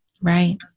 Right